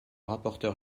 rapporteur